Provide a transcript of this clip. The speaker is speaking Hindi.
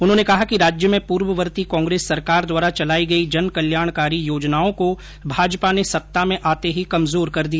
उन्होंने कहा कि राज्यमें पूर्ववर्ती कांग्रेस सरकार द्वारा चलाई गई जन कल्याणकारी योजनाओं को भाजपा ने सत्ता में आते ही कमजोर कर दिया